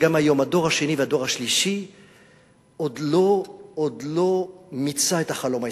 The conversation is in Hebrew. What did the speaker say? שגם היום הדור השני והדור השלישי עוד לא מיצה את החלום הישראלי,